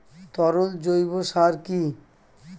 তরল জৈব সার কি?